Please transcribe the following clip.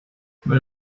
they